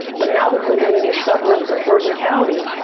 but now they're living in the suburbs of bergen county.